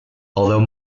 although